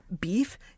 beef